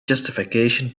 justification